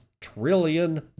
trillion